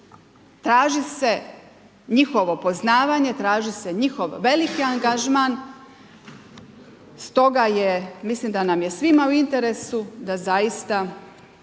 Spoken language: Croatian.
Traži se njihovo poznavanje, traži se njihov veliki angažman, stoga mislim da nam je svima u interesu da zaista